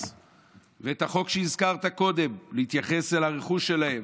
ואת החוק שהזכרת קודם: להתייחס לרכוש שלהם.